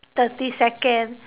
thirty second